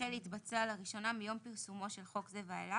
החל להתבצע לראשונה מיום פרסומו של חוק זה ואילך".